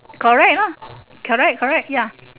correct ah correct correct ya